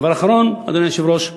דבר אחרון, אדוני היושב-ראש,